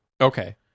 Okay